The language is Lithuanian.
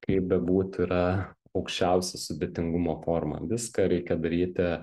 kaip bebūtų yra aukščiausia sudėtingumo forma viską reikia daryti